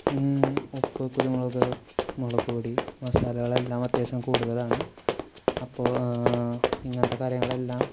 ഉപ്പ് കുരുമുളക് മുളകുപൊടി മസാലകളെല്ലാം അത്യാവശ്യം കൂടുതലാണ് അപ്പോള് ഇങ്ങനത്തെ കാര്യങ്ങളെല്ലാം